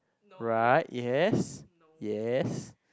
right yes yes